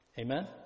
Amen